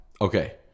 Okay